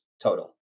total